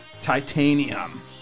Titanium